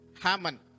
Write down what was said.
haman